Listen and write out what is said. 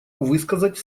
высказать